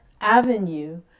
avenue